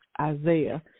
Isaiah